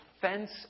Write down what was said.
fence